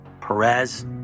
Perez